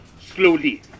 slowly